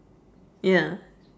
ya